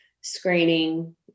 Screening